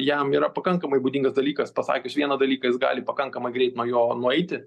jam yra pakankamai būdingas dalykas pasakius vieną dalyką jis gali pakankamai greit nuo jo nueiti